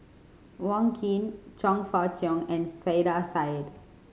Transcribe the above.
Wong Keen Chong Fah Cheong and Saiedah Said